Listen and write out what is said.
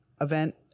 event